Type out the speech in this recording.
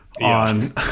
on